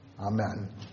Amen